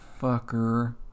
fucker